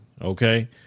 Okay